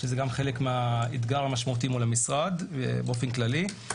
שזה גם חלק מהאתגר המשמעותי מול המשרד באופן כללי.